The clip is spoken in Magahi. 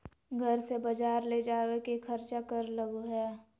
घर से बजार ले जावे के खर्चा कर लगो है?